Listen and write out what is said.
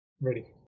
ready